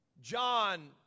John